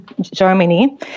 Germany